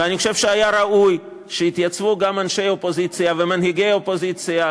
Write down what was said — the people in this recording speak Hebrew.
ואני חושב שהיה ראוי שיתייצבו גם אנשי אופוזיציה ומנהיגי אופוזיציה,